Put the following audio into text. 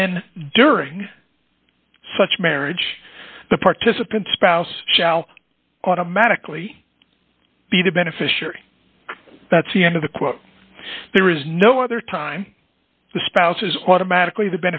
then during such marriage the participant spouse shall automatically be the beneficiary that's the end of the quote there is no other time the spouse is automatically the